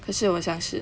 可是我想吃